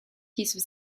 diesem